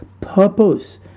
purpose